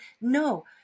no